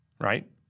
right